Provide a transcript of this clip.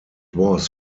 was